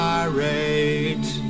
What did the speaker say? irate